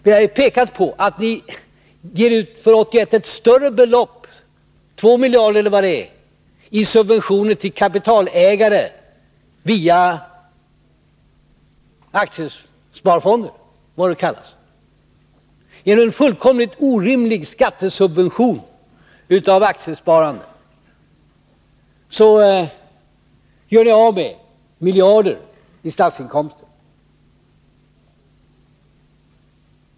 Vi har pekat på att ni för 1981 ger ut ett större belopp — 2 miljarder eller vad det är — i subventioner till kapitalägare via aktiesparfonder som det kallas. Genom en fullkomligt orimlig skattesubvention av aktiesparande gör ni av med miljarder i statsinkomster.